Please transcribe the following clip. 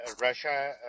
Russia